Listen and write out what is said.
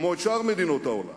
כמו את שאר מדינות העולם,